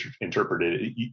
interpreted